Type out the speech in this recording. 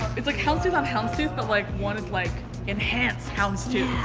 it's like hounds tooth on hounds tooth but like one is like enhance hounds tooth.